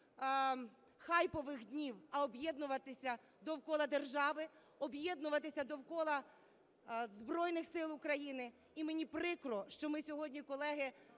хайпових днів, а об'єднуватися довкола держави, об'єднуватися довкола Збройних Сил України. І мені прикро, що ми сьогодні, колеги,